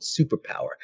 superpower